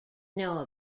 know